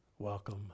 welcome